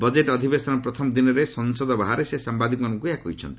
budget ଅଧିବେଶନ ପ୍ରଥମ ଦିନରେ ସଂସଦ ବାହାରେ ସେ ସାମ୍ଘାଦିକମାନଙ୍କୁ ଏହା କହିଛନ୍ତି